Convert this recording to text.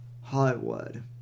Hollywood